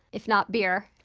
if not beer,